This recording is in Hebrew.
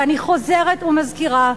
ואני חוזרת ומזכירה,